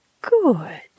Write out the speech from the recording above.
Good